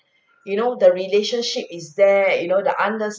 you know the relationship is there you know the undesrtanding